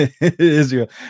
israel